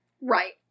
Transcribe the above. Right